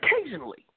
Occasionally